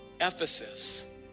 Ephesus